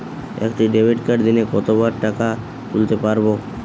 একটি ডেবিটকার্ড দিনে কতবার টাকা তুলতে পারব?